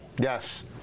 Yes